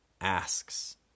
asks